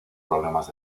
problemas